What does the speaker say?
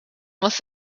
was